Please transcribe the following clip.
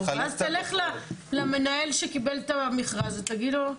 ואז תלך למנהל שקיבל את המכרז ותגיד לו.